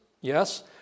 yes